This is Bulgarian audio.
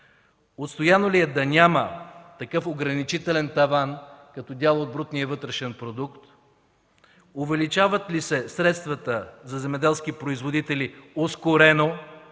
Отстояно ли е да няма такъв ограничителен таван като дял от брутния вътрешен продукт? Увеличават ли се средствата за земеделски производители ускорено,